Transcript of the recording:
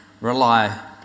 Rely